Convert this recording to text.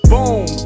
Boom